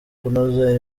kunoza